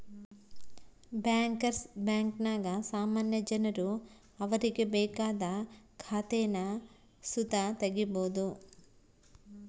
bankers ಬ್ಯಾಂಕಿನಾಗ ಸಾಮಾನ್ಯ ಜನರು ಅವರಿಗೆ ಬೇಕಾದ ಖಾತೇನ ಸುತ ತಗೀಬೋದು